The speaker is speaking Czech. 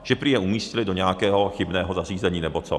Že prý je umístili do nějakého chybného zařízení nebo co.